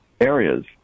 areas